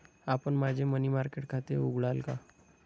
आपण माझे money market खाते उघडाल का?